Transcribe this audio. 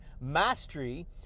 mastery